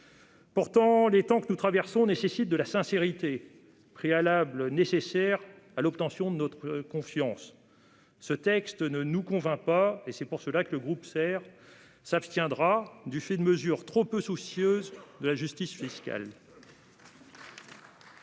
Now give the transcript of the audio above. Pourtant, les temps que nous traversons nécessitent de la sincérité, préalable indispensable à l'obtention de notre confiance. Ce texte ne nous convainc pas ; c'est pourquoi le groupe SER s'abstiendra, du fait de mesures trop peu soucieuses de justice sociale.